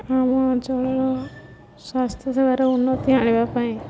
ଆମ ଅଞ୍ଚଳର ସ୍ୱାସ୍ଥ୍ୟ ସେବାର ଉନ୍ନତି ଆଣିବା ପାଇଁ